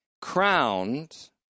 crowned